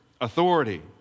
Authority